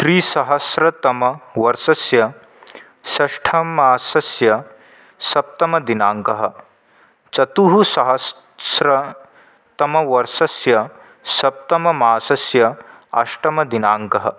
त्रिसहस्रतमवर्षस्य षष्ठमासस्य सप्तमदिनाङ्कः चतुस्सहस्रतमवर्षस्य सप्तममासस्य अष्टमदिनाङ्कः